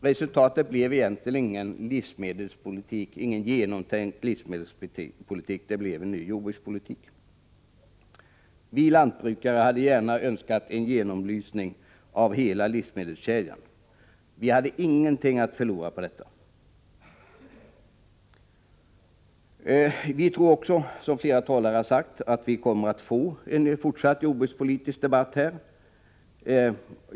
Resultatet blev egentligen ingen genomtänkt livsmedelspolitik, det blev en ny jordbrukspolitik. Vi lantbrukare hade önskat en genomlysning av hela livsmedelskedjan. Vi hade ingenting att förlora på det. Vi tror också, som flera talare har sagt, att vi kommer att få en fortsatt jordbrukspolitisk debatt.